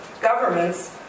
governments